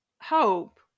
hope